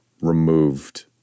removed